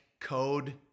code